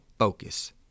Focus